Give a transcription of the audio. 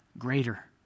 greater